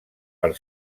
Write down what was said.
per